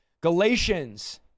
Galatians